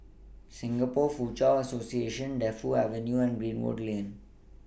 Singapore Foochow Association Defu Avenue and Greenwood Lane